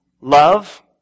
love